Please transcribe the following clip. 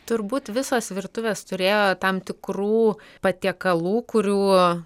turbūt visos virtuvės turėjo tam tikrų patiekalų kurių